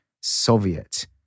Soviet